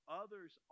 others